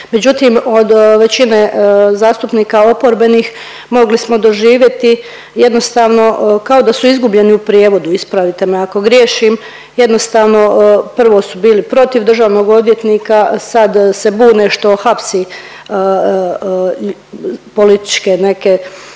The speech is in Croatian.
međutim od većine zastupnika oporbenih mogli smo doživjeti jednostavno kao da su izgubljeni u prijevodu, ispravite me ako griješim, jednostavno prvo su bili protiv državnog odvjetnika, sad se bune što hapsi političke neke